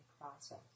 process